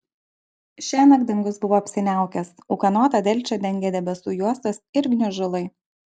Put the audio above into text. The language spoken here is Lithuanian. šiąnakt dangus buvo apsiniaukęs ūkanotą delčią dengė debesų juostos ir gniužulai